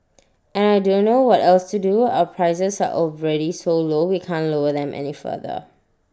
and I don't know what else to do our prices are already so low we can't lower them any further